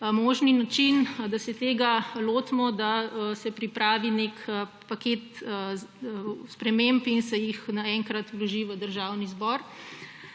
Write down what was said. možni način, da se tega lotimo, da se pripravi nek paket sprememb in se jih naenkrat vloži v Državni zbor.